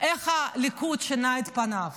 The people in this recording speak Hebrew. איך הליכוד שינה את פניו?